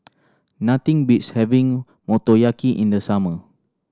nothing beats having Motoyaki in the summer